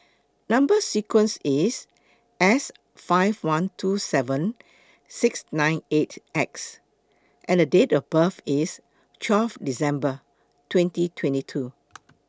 Number sequence IS S five one two seven six nine eight X and Date of birth IS twelve December twenty twenty two